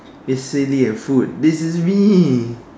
it's silly and food this is me